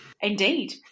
Indeed